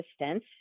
assistance